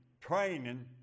training